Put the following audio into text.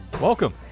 Welcome